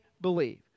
believe